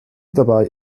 dabei